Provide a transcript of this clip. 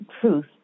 truth